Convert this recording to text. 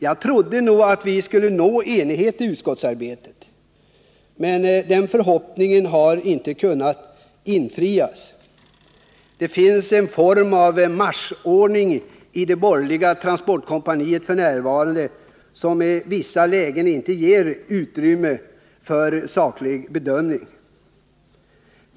Jag trodde nog att vi skulle kunna nå enighet i utskottsarbetet, men den förhoppningen har inte kunnat infrias. Det finns f. n. en form av marschordning i det borgerliga transportkompaniet som i vissa lägen inte ger utrymme för en saklig bedömning.